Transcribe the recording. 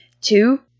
Two